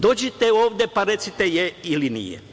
Dođite ovde pa recite jeste ili nije.